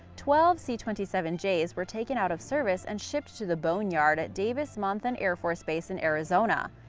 twelve c twenty seven j's were taken out of service and shipped to the boneyard at davis-monthan air force base in arizona.